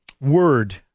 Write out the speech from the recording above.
word